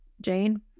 jane